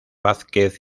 vázquez